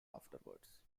afterwards